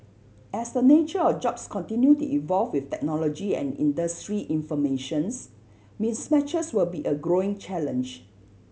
as the nature of jobs continue to evolve with technology and industry information's mismatches will be a growing challenge